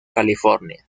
california